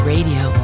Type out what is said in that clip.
Radio